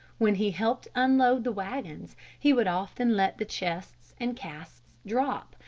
when he helped unload the wagons, he would often let the chests and casks drop,